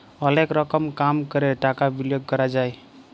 অলেক রকম কাম ক্যরে টাকা বিলিয়গ ক্যরা যায়